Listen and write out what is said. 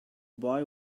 boy